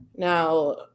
Now